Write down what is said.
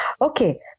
Okay